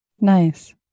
Nice